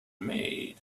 made